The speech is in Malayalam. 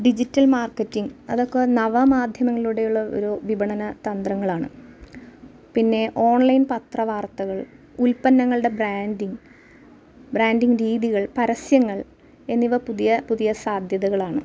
ഡിജിറ്റല് മാര്ക്കെറ്റിങ് അതൊക്കെ നവമാധ്യമങ്ങളിലൂടെയുള്ള ഒരു വിപണന തന്ത്രങ്ങളാണ് പിന്നെ ഓണ്ലൈന് പത്ര വാര്ത്തകള് ഉല്പന്നങ്ങളുടെ ബ്രാൻടിങ്ങ് ബ്രാൻടിങ്ങ് രീതികള് പരസ്യങ്ങള് എന്നിവ പുതിയ പുതിയ സാധ്യതകളാണ്